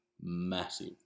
massive